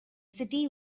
city